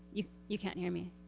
you you can't hear me,